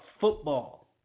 football